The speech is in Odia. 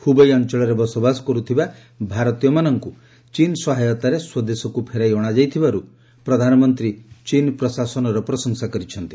ହୁବେଇ ଅଞ୍ଚଳରେ ବସବାସ କରୁଥିବା ଭାରତୀୟମାନଙ୍କୁ ଚୀନ ସହାୟତାରେ ସ୍ୱଦେଶକୁ ଫେରାଇ ଅଣାଯାଇଥିବାରୁ ପ୍ରଧାନମନ୍ତ୍ରୀ ଚୀନ ପ୍ରଶାସନର ପ୍ରଶଂସା କରିଛନ୍ତି